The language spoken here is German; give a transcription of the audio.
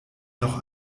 noch